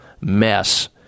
mess